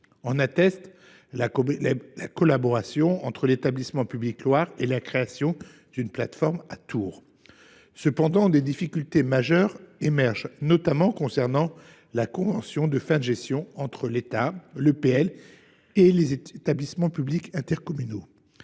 En atteste la collaboration entre l’Établissement public Loire (EPL) et la création d’une plateforme à Tours. Cependant, des difficultés majeures émergent, notamment concernant la convention de fin de gestion entre l’État, l’EPL et les établissements publics de coopération